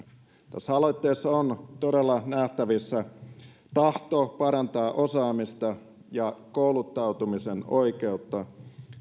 tässä aloitteessa on todella nähtävissä tahto parantaa osaamista ja kouluttautumisen oikeutta